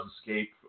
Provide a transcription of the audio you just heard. escape